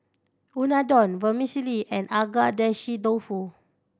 Unadon Vermicelli and Agedashi Dofu